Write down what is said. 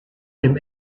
dem